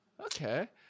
okay